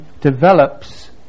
develops